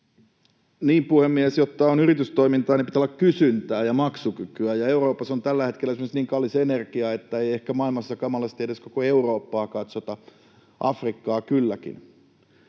Puhemies! Jotta on yritystoimintaa, pitää olla kysyntää ja maksukykyä, ja Euroopassa on tällä hetkellä esimerkiksi niin kallis energia, että ei ehkä maailmassa kamalasti edes koko Eurooppaa katsota, Afrikkaa kylläkin.